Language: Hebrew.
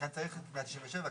לכן צריך את סעיף 197,